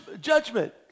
judgment